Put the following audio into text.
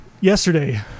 Yesterday